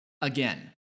again